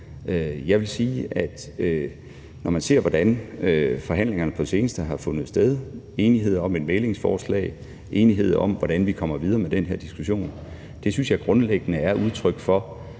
Jeg vil sige, at når man ser på, hvordan forhandlingerne på det seneste har fundet sted, altså med enighed om et mæglingsforslag og enighed om, hvordan vi kommer videre med den her diskussion, synes jeg grundlæggende, at det er udtryk for,